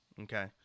Okay